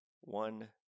one